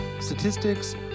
statistics